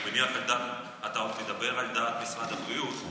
אני מניח שאתה עוד תדבר על דעת משרד הבריאות,